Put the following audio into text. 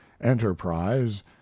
enterprise